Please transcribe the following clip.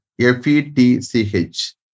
F-E-T-C-H